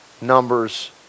Numbers